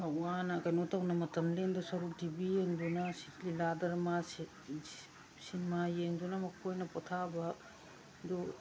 ꯌꯥꯝ ꯋꯥꯅ ꯀꯩꯅꯣ ꯇꯧꯅ ꯃꯇꯝ ꯂꯦꯟꯗꯣꯏ ꯁꯔꯨꯛ ꯇꯤ ꯚꯤ ꯌꯦꯡꯗꯨꯅ ꯂꯤꯂꯥ ꯗꯔꯃꯥ ꯁꯤꯅꯤꯃꯥ ꯌꯦꯡꯗꯨꯅ ꯃꯈꯣꯏꯅ ꯄꯣꯊꯥꯕꯗꯨ